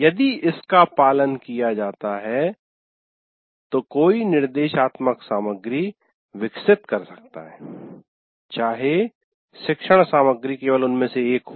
यदि इसका पालन किया जाता है तो कोई निर्देशात्मक सामग्री विकसित कर सकता है चाहे शिक्षण सामग्री केवल उनमे से एक हो